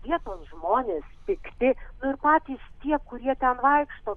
vietos žmonės pikti nu ir patys tie kurie ten vaikšto